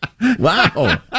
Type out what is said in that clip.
Wow